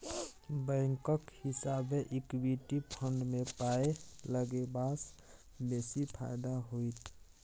बैंकक हिसाबैं equity fund मे पाय लगेबासँ बेसी फायदा होइत